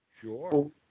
Sure